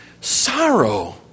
sorrow